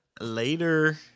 later